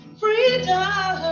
freedom